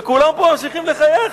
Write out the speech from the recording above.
וכולם פה ממשיכים לחייך.